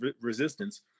resistance